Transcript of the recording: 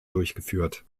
durchgeführt